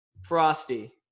frosty